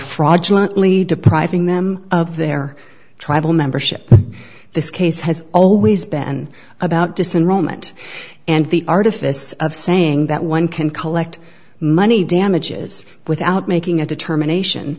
fraudulent only depriving them of their travel membership this case has always been about disenroll meant and the artifice of saying that one can collect money damages without making a determination